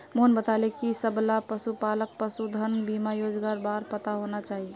मोहन बताले कि सबला पशुपालकक पशुधन बीमा योजनार बार पता होना चाहिए